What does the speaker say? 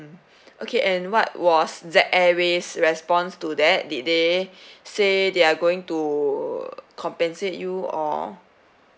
okay and what was Z airway's response to that did they say they are going to compensate you or